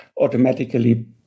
automatically